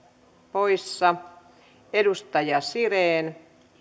poissa edustaja siren